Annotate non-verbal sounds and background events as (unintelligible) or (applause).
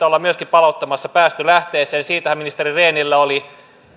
(unintelligible) ollaan myöskin palauttamassa päästölähteeseen siitähän ministeri rehnillä oli